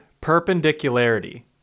perpendicularity